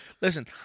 listen